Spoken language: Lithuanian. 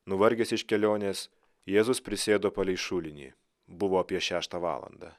nuvargęs iš kelionės jėzus prisėdo palei šulinį buvo apie šeštą valandą